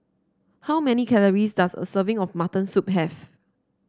how many calories does a serving of Mutton Soup have